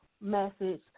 message